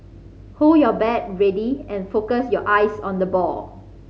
hold your bat ready and focus your eyes on the ball